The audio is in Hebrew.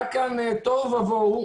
היה כאן תוהו ובוהו.